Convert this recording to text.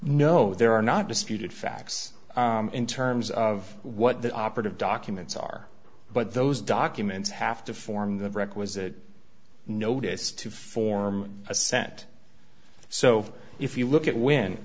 no there are not disputed facts in terms of what the operative documents are but those documents have to form the requisite notice to form a set so if you look at when